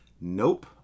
Nope